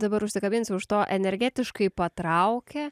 dabar užsikabinsiu už to energetiškai patraukia